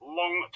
long